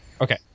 okay